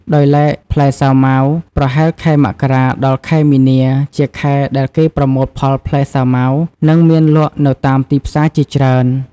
ដោយឡែកផ្លែសាវម៉ាវ ប្រហែលខែមករា ដល់ ខែមិនាជាខែដែលគេប្រមូលផលផ្លែសាវម៉ាវនិងមានលក់នៅតាមទីផ្សារជាច្រើន។